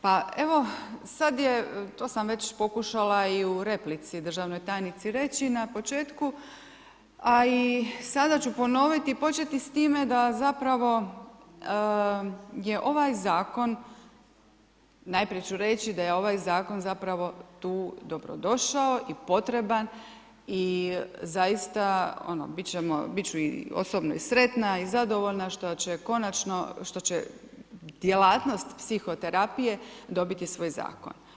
Pa evo sad je, to sam već pokušala i u replici državnoj tajnici reći na početku a i sada ću ponoviti, početi s time da zapravo je ovaj zakon najprije ću reći da je ovaj zakon zapravo tu dobrodošao i potreban i zaista ono biti ćemo, biti ću osobno i sretna i zadovoljna što će konačno, što će djelatnost psihoterapije dobiti svoj zakon.